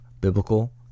biblical